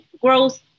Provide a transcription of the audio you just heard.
growth